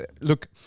look